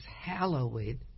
hallowed